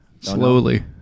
slowly